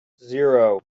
zero